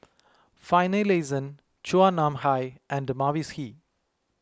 Finlayson Chua Nam Hai and Mavis Hee